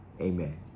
Amen